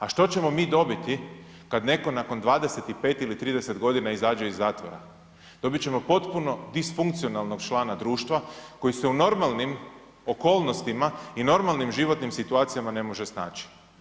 A što ćemo mi dobiti kad netko nakon 25 ili 30 godina izađe iz zatvora, dobit ćemo potpuno disfunkcionalnog člana društva koji se u normalnim okolnostima i normalnim životnim situacijama ne može snaći.